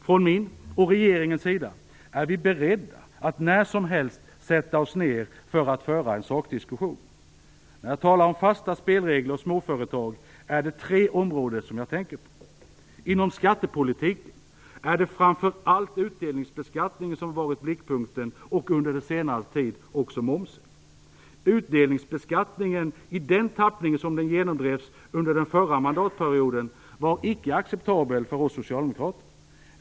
Från min och regeringens sida är vi beredda att när som helst sätta oss ned för att föra en sakdiskussion. När jag talar om fasta spelregler för småföretag är det tre områden jag tänker på. Inom skattepolitiken är det framför allt utdelningsbeskattningen, och under senare även momsen, som varit i blickpunkten. Utdelningsbeskattningen i den tappning som genomdrevs under den förra mandatperioden, var icke acceptabel för oss socialdemokrater.